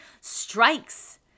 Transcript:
strikes